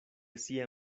sia